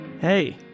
Hey